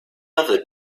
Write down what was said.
other